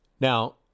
Now